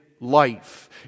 life